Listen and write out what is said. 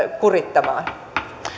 kurittamaan